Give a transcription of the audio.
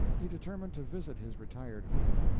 he determined to visit his retired home,